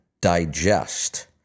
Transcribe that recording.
digest